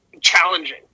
challenging